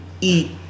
eat